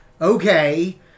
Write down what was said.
Okay